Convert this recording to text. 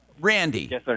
Randy